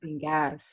gas